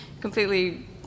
completely